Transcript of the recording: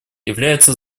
являются